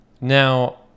Now